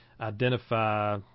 identify